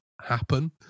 happen